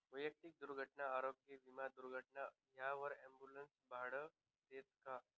वैयक्तिक दुर्घटना आरोग्य विमा दुर्घटना व्हवावर ॲम्बुलन्सनं भाडं देस का?